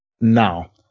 now